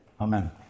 Amen